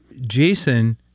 Jason